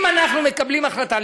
אם אנחנו מקבלים החלטה,